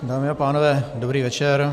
Dámy a pánové, dobrý večer.